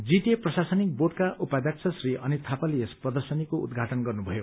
GTA प्रशासनिक बोर्डका उपाध्यक्ष श्री अनित थापाले यस प्रदर्शनीको उदुधाटन गर्नुभयो